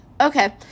okay